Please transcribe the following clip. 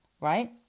right